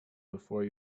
before